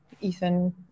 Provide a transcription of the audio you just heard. Ethan